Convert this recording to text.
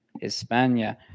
Hispania